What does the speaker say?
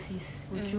mm